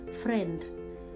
friend